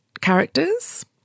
characters